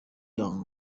young